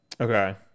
Okay